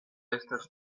estas